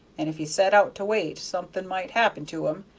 and if he set out to wait something might happen to him,